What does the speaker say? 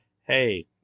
Hey